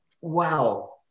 wow